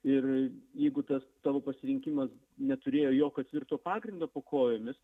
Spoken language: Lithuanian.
ir jeigu tas tavo pasirinkimas neturėjo jokio tvirto pagrindo po kojomis